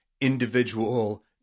individual